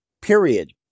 period